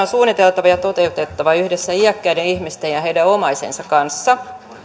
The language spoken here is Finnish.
suunniteltava ja toteutettava yhdessä iäkkäiden ihmisten ja heidän omaisiensa kanssa